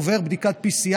עובר בדיקת PCR,